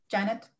Janet